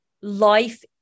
life